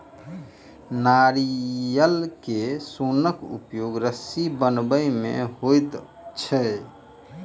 नारियल के सोनक उपयोग रस्सी बनबय मे होइत छै